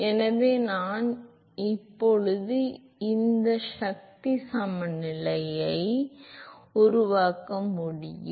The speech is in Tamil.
எனவே நான் இப்போது ஒரு சக்தி சமநிலையை உருவாக்க முடியும்